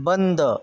बंद